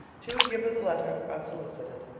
she would give her the letter unsolicited.